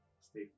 Stay